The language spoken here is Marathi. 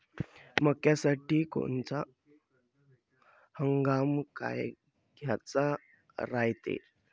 मक्क्यासाठी कोनचा हंगाम फायद्याचा रायते?